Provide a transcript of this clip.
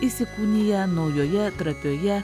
įsikūnija naujoje trapioje